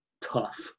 tough